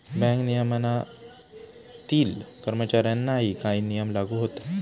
bank नियमनातील कर्मचाऱ्यांनाही काही नियम लागू होतात